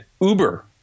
Uber